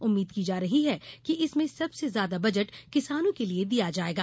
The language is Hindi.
उम्मीद् की जा रहा है कि इसमें सबसे ज्यादा बजट किसानों के लिए दिया जायेगा